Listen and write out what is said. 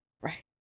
Right